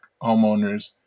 homeowners